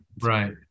right